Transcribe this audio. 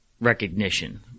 recognition